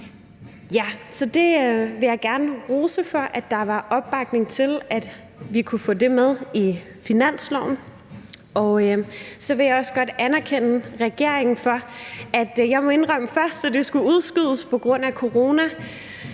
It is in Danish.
jeg vil gerne rose for, at der var opbakning til, at vi kunne få det med i finansloven. Så vil jeg også godt anerkende regeringen for noget. Jeg må indrømme, at da